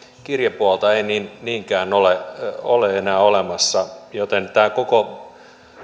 kirjepuolta ei niinkään ole enää olemassa joten tämä koko